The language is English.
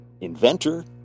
inventor